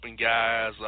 guys